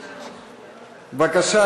בבקשה,